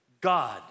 God